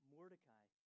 Mordecai